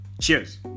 cheers